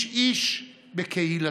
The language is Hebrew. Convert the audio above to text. איש-איש בקהילתו.